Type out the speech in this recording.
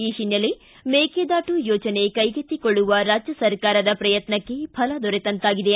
ಈ ಹಿನ್ನೆಲೆ ಮೇಕೆದಾಟು ಯೋಜನೆ ಕೈಗೆತ್ತಿಕೊಳ್ಳುವ ರಾಜ್ಯ ಸರ್ಕಾರದ ಪ್ರಯತ್ನಕ್ಕೆ ಫಲ ದೊರೆತಂತಾಗಿದೆ